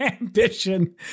ambition